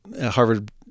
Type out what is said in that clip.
Harvard